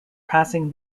passing